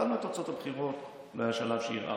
קיבלנו את תוצאות הבחירות והיה שלב שערערנו,